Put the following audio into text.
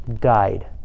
died